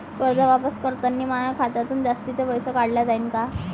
कर्ज वापस करतांनी माया खात्यातून जास्तीचे पैसे काटल्या जाईन का?